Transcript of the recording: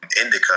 Indica